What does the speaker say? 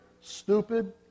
stupid